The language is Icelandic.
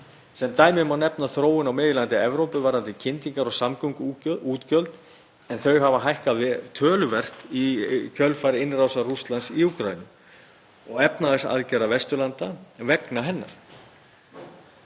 Sem dæmi má nefna þróun á meginlandi Evrópu varðandi kyndingar- og samgönguútgjöld en þau hafa hækkað töluvert í kjölfar innrásar Rússlands í Úkraínu og efnahagsaðgerða Vesturlanda vegna hennar.